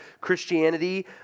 Christianity